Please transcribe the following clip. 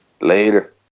Later